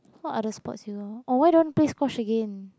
what other sports you know oh why don't play squash again